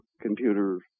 computer